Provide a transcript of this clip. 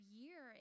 year